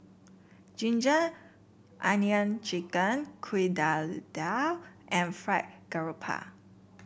ginger onion chicken Kuih Dadar and Fried Garoupa